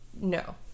no